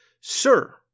Sir